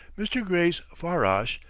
mr. gray's farrash,